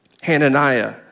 Hananiah